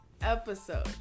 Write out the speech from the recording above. episode